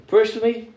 Personally